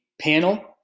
panel